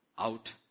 Out